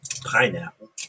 pineapple